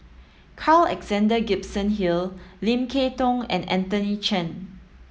Carl Alexander Gibson Hill Lim Kay Tong and Anthony Chen